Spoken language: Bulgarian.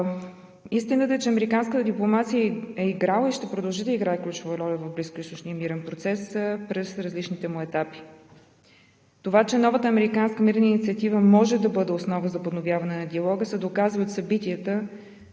Истината е, че американската дипломация е играла и ще продължи да играе ключова роля в близкоизточния мирен процес през различните му етапи. Това че новата американска мирна инициатива може да бъде основа за подновяване на диалога, се доказва от събитията,